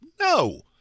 No